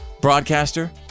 broadcaster